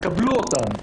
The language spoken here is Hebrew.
קבלו אותן,